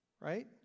right